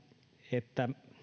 että